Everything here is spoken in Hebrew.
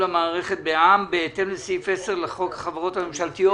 המערכת בע"מ בהתאם לסעיף 10 לחוק החברות הממשלתיות.